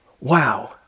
wow